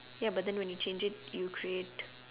ya but then when you change it you create